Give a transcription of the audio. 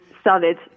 started